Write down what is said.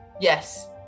Yes